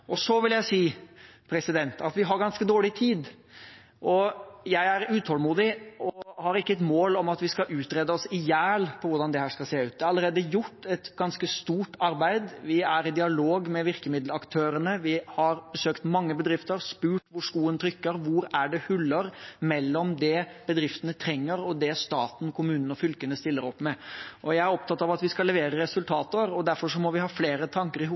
Så vil jeg si at vi har ganske dårlig tid. Jeg er utålmodig og har ikke et mål om at vi skal utrede oss i hjel når det gjelder hvordan dette skal se ut. Det er allerede gjort et ganske stort arbeid. Vi er i dialog med virkemiddelaktørene. Vi har besøkt mange bedrifter, spurt hvor skoen trykker, og hvor det er huller mellom det bedriftene trenger, og det staten, kommunene og fylkene stiller opp med. Jeg er opptatt av at vi skal levere resultater, og derfor må vi ha flere tanker i hodet